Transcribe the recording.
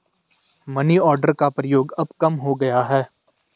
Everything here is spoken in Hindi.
मनीआर्डर का प्रयोग अब कम हो गया है